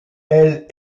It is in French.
elle